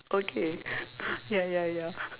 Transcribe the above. okay ya ya ya